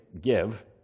give